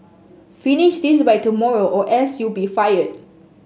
finish this by tomorrow or else you'll be fired